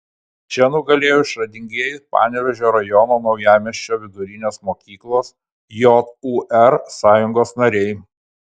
čia nugalėjo išradingieji panevėžio rajono naujamiesčio vidurinės mokyklos jūr sąjungos nariai